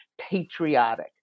patriotic